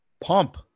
Pump